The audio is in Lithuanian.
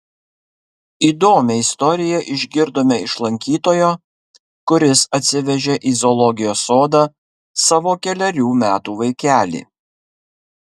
įdomią istoriją išgirdome iš lankytojo kuris atsivežė į zoologijos sodą savo kelerių metų vaikelį